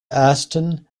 aston